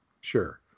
sure